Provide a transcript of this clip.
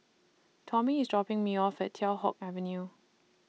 Tommie IS dropping Me off At Teow Hock Avenue